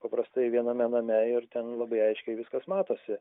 paprastai viename name ir ten labai aiškiai viskas matosi